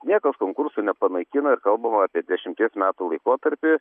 niekas konkursų nepanaikina ir kalbama apie dešimties metų laikotarpį